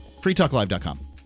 freetalklive.com